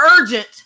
urgent